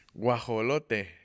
Guajolote